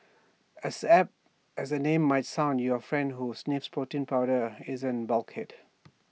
as apt as the name might sound your friend who sniffs protein powder isn't bulkhead